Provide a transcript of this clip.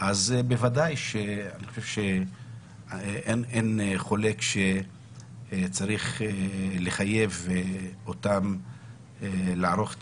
אז בוודאי שאני חושב שאין חולק על כך שצריך לחייב אותם לערוך את